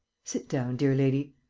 sit down, dear lady.